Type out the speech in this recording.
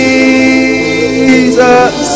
Jesus